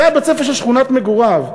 זה בית-הספר של שכונת מגוריו.